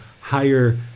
higher